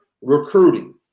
recruiting